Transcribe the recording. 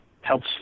helps